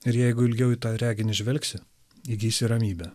ir jeigu ilgiau į tą reginį žvelgsi įgysi ramybę